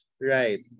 Right